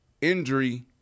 injury